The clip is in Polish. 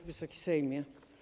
Wysoki Sejmie!